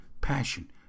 Passion